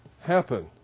happen